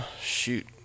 Shoot